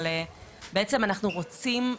אבל בעצם אנחנו רוצים,